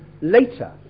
later